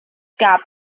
gab